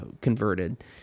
converted